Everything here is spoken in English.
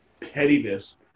pettiness